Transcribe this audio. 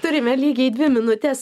turime lygiai dvi minutes